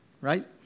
right